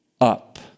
up